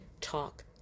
talk